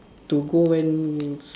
to go and